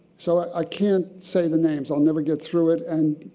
so i can't say the names, i'll never get through it. and